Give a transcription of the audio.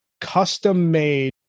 custom-made